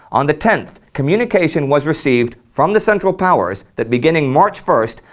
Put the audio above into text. on the tenth communication was received from the central powers that beginning march first,